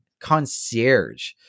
concierge